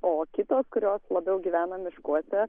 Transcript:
o kitos kurios labiau gyvena miškuose